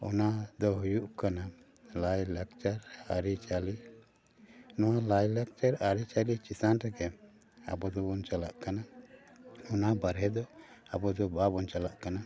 ᱚᱱᱟ ᱫᱚ ᱦᱩᱭᱩᱜ ᱠᱟᱱᱟ ᱞᱟᱭ ᱞᱟᱠᱪᱟᱨ ᱟᱹᱨᱤᱪᱟᱹᱞᱤ ᱱᱚᱣᱟ ᱞᱟᱭ ᱪᱟᱠᱪᱟᱨ ᱟᱹᱨᱤ ᱪᱟᱹᱞᱤ ᱪᱮᱛᱟᱱ ᱨᱮᱜᱮ ᱟᱵᱚ ᱫᱚᱵᱚᱱ ᱪᱟᱞᱟᱜ ᱠᱟᱱᱟ ᱚᱱᱟ ᱵᱟᱨᱦᱮ ᱫᱚ ᱟᱵᱚ ᱫᱚ ᱵᱟᱵᱚᱱ ᱪᱟᱞᱟᱜ ᱠᱟᱱᱟ